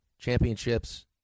championships